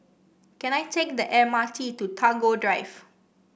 can I take the M R T to Tagore Drive